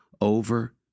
over